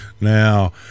now